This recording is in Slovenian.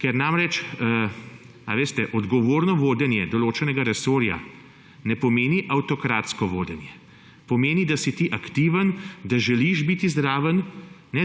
bolj učinkoviti. Odgovorno vodenje določenega resorja ne pomeni avtokratskega vodenja. Pomeni, da si ti aktiven, da želiš biti zraven.